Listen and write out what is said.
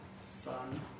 Sun